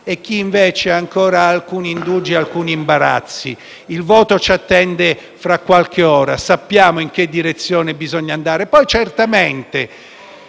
e chi invece ha ancora alcuni indugi e alcuni imbarazzi. Il voto del provvedimento ci attende fra qualche ora e sappiamo in che direzione bisogna andare. Certamente,